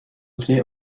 gray